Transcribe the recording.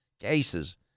cases